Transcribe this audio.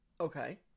Okay